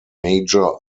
major